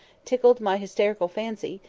tickled my hysterical fancy,